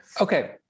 Okay